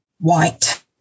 white